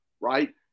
right